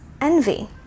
envy